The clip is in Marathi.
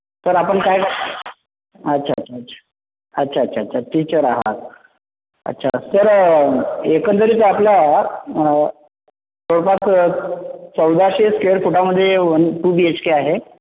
सर आपण काय अच्छा अच्छा अच्छ अच्छा अच्छा अच्छा टिचर आहात अच्छा सर एकंदरीत आपला जवळपास चौदाशे स्क्वेअर फुटामधे वन टू बीएचके आहे